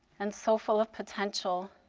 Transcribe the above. and so full of potential,